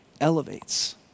elevates